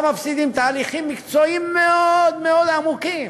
גם מפסידים תהליכים מקצועיים מאוד עמוקים.